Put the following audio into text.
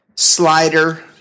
Slider